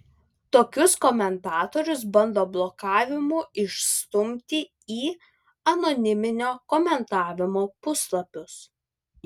tokius komentatorius bando blokavimu išstumti į anoniminio komentavimo puslapius